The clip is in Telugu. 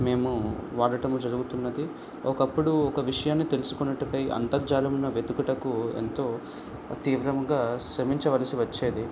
మేము వాడటం జరుగుతున్నది ఒకప్పుడు ఒక విషయాన్ని తెలుసుకొనుటకై అంతర్జాలమున వెతుకుటకు ఎంతో తీవ్రముగా శ్రమించవలసి వచ్చేది